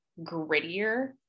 grittier